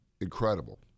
incredible